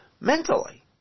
mentally